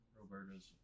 Roberta's